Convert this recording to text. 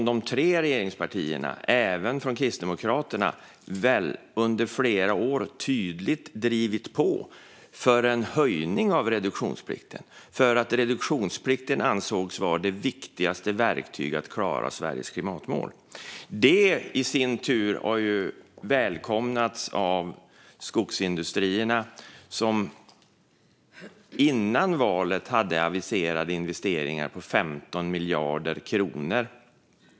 De tre regeringspartierna - även Kristdemokraterna, väl? - har också under flera år tydligt drivit på för en höjning av reduktionsplikten. Reduktionsplikten ansågs vara det viktigaste verktyget för att klara Sveriges klimatmål. Det i sin tur välkomnades av skogsindustrierna, som före valet hade aviserade investeringar på 15 miljarder kronor.